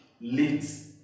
leads